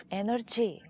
energy